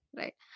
right